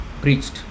preached